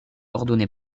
ordonné